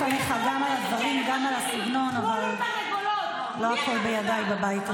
פעם כשאתה עולה ואומר שחברי כנסת מקרקרים היא צריכה להוריד אותך מהבמה.